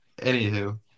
anywho